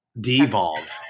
Devolve